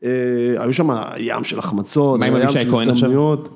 היו שם ים של החמצות, ים של הזדמנויות.